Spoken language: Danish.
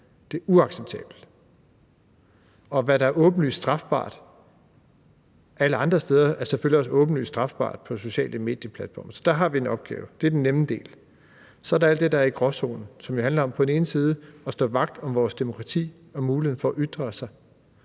Det er uacceptabelt. Og hvad der er åbenlyst strafbart alle andre steder, er selvfølgelig også åbenlyst strafbart på sociale medieplatforme. Så der har vi en opgave. Det er den nemme del. Så er der alt det, der er i gråzonen, som jo handler om på den ene side at stå vagt om vores demokrati og muligheden for at ytre sig